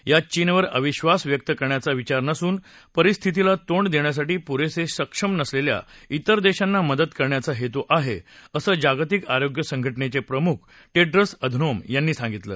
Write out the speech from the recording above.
यात चीनवर अविश्वास व्यक्त करण्याचा विचार नसून परिस्थितीला तोंड देण्यासाठी पूरेसे सक्षम नसलेल्या विर देशांना मदत करण्याचा हेतू आहे असं जागतिक आरोग्य संघटनेचे प्रमुख टेडूस अधनोम यांनी सांगितलं